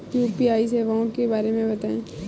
UPI सेवाओं के बारे में बताएँ?